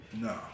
no